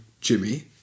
Jimmy